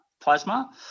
Plasma